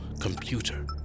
computer